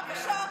בבקשה.